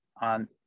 on